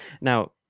Now